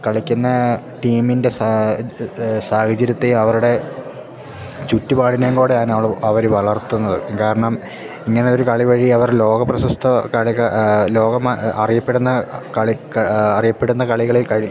കളിക്കുന്ന ടീമിൻ്റെ സാ സാഹചര്യത്തെ അവരുടെ ചുറ്റുപാടിനേയും കൂടെയാണു ഞങ്ങള് അവര് വളർത്തുന്നത് കാരണം ഇങ്ങനൊരു കളി വഴി അവർ ലോകപ്രശസ്ത ലോകം ആ അറിയപ്പെടുന്ന അറിയപ്പെടുന്ന കളികളിൽ കഴി